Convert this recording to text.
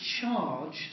charged